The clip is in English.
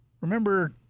Remember